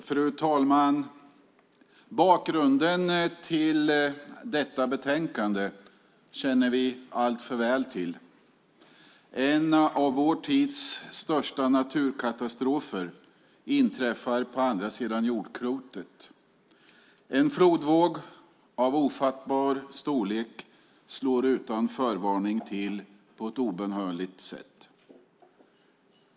Fru talman! Bakgrunden till detta betänkande känner vi alltför väl till: En av vår tids största naturkatastrofer inträffar på andra sidan jordklotet. En flodvåg av ofattbar storlek slår utan förvarning till på ett obönhörligt sätt.